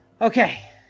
Okay